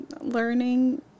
learning